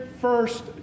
first